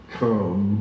come